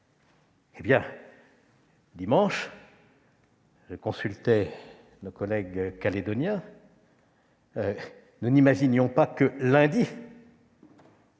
Dimanche, je consultais nos collègues calédoniens : nous n'imaginions pas que,